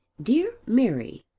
dear mary,